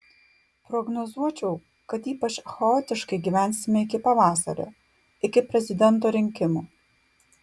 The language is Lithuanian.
prognozuočiau kad ypač chaotiškai gyvensime iki pavasario iki prezidento rinkimų